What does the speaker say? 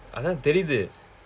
அதான் தெரியுது:athaan theriyuthu